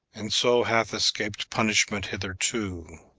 and so hath escaped punishment hitherto.